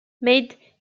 made